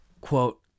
Quote